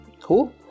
Cool